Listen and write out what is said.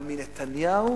אבל מנתניהו